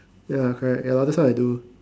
ya correct ya lor that's what I do